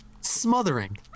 smothering